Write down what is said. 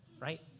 right